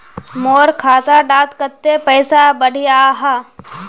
मोर खाता डात कत्ते पैसा बढ़ियाहा?